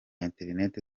interineti